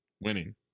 Winning